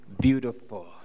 Beautiful